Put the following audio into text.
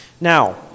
Now